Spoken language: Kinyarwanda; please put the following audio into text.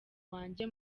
wanjye